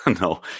No